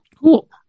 Cool